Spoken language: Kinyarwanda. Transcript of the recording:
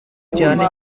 cyane